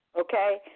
Okay